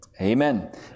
Amen